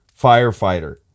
firefighter